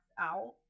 out